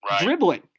dribbling